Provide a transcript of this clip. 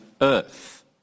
earth